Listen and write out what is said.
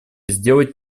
сделать